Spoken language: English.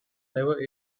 never